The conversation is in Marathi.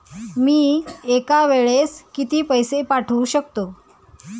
मी एका वेळेस किती पैसे पाठवू शकतो?